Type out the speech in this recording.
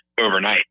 overnight